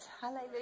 Hallelujah